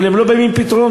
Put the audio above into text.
אבל הם לא באים עם פתרונות.